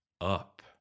up